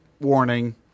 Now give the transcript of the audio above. warning